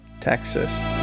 Texas